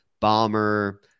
Bomber